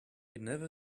never